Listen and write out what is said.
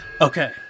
Okay